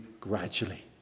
gradually